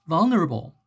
Vulnerable